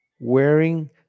Wearing